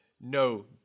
No